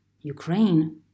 Ukraine